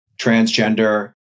transgender